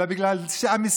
אלא בגלל המסכנות,